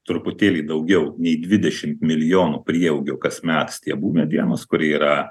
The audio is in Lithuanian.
truputėlį daugiau nei dvodešimt milijonų prieaugio kasmet stiebų medienos kuri yra